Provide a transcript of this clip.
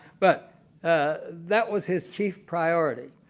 but that was his chief priority.